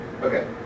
Okay